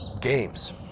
games